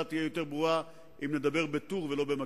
תהיה יותר ברורה אם נדבר בטור ולא במקביל.